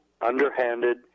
underhanded